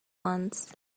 ones